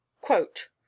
Quote